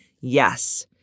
Yes